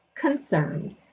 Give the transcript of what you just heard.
Concerned